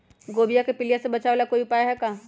गोभी के पीलिया से बचाव ला कोई उपाय है का?